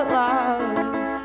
love